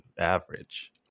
average